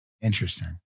Interesting